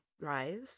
Rise